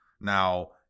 Now